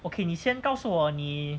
okay 你先告诉我你